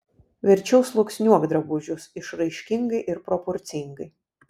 verčiau sluoksniuok drabužius išraiškingai ir proporcingai